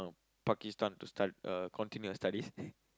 Pakistan to stu~ uh continue her studies